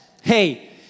hey